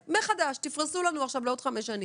מחדש, תפרסו לנו עכשיו לעוד 5 שנים.